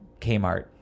Kmart